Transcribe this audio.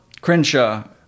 crenshaw